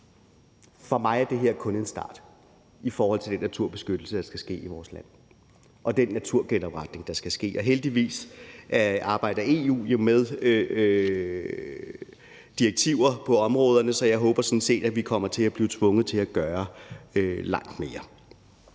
for mig er det her kun en start i forhold til den naturbeskyttelse og den naturgenopretning, der skal ske i vores land, og heldigvis arbejder EU jo med direktiver på områderne, så jeg håber sådan set, at vi kommer til at blive tvunget til at gøre langt mere.